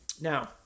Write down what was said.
Now